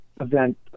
event